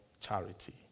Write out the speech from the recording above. charity